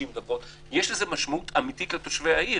יש לזה משמעות אמיתית לתושבי העיר.